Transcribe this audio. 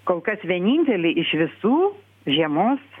kol kas vienintelį iš visų žiemos